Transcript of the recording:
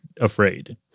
afraid